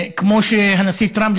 כמו שניק היילי,